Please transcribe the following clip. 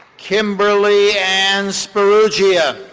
kimberly ann sperugia.